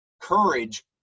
courage